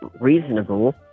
reasonable